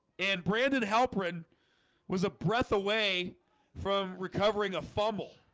and brandon halperin was a breath away from recovering a fumble.